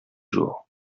jours